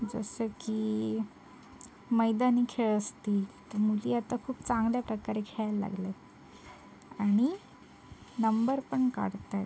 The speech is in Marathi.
जसं की मैदानी खेळ असतील मुली आता खूप चांगल्या प्रकारे खेळायला लागल्या आहेत आणि नंबर पण काढत आहेत